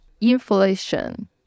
inflation